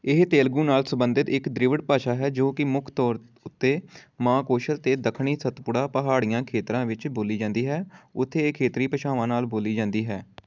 ਇਹ ਤੇਲਗੂ ਨਾਲ ਸੰਬੰਧਿਤ ਇੱਕ ਦ੍ਰਵਿੜ ਭਾਸ਼ਾ ਹੈ ਜੋ ਕਿ ਮੁੱਖ ਤੌਰ ਉੱਤੇ ਮਹਾਕੋਸ਼ਲ ਅਤੇ ਦੱਖਣੀ ਸਤਪੁੜਾ ਪਹਾੜੀਆਂ ਖੇਤਰਾਂ ਵਿੱਚ ਬੋਲੀ ਜਾਂਦੀ ਹੈ ਉੱਥੇ ਇਹ ਖੇਤਰੀ ਭਾਸ਼ਾਵਾਂ ਨਾਲ ਬੋਲੀ ਜਾਂਦੀ ਹੈ